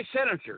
senators